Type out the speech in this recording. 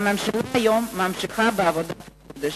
והממשלה היום ממשיכה בעבודת הקודש.